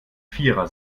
vierer